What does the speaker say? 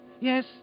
Yes